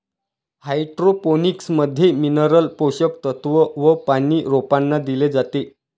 hydroponics मध्ये mineral पोषक तत्व व पानी रोपांना दिले जाते